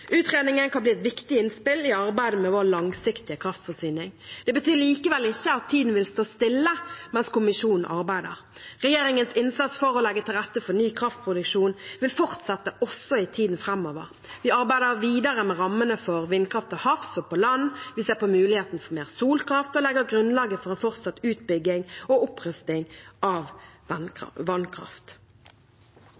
Utredningen kan bli et viktig innspill i arbeidet med vår langsiktige kraftforsyning. Det betyr likevel ikke at tiden vil stå stille mens kommisjonen arbeider. Regjeringens innsats for å legge til rette for ny kraftproduksjon vil fortsette også i tiden framover. Vi arbeider videre med rammene for vindkraft til havs og på land, vi ser på muligheten for mer solkraft og legger grunnlaget for en fortsatt utbygging og opprusting av